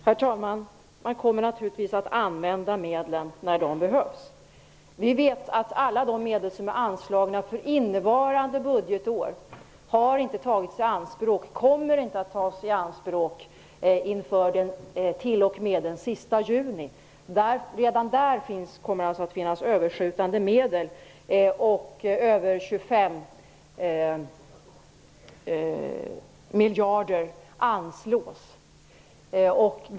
Herr talman! Man kommer naturligtvis att använda medlen när de behövs. Vi vet att alla de medel som är anslagna för innevarande budgetår inte har tagits i anspråk och inte kommer att tas i anspråk t.o.m. den sista juni. Redan där kommer det alltså att finnas överskjutande medel, och över 25 miljarder anslås.